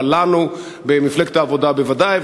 אבל לנו במפלגת העבודה בוודאי,